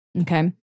okay